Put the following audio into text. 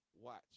watch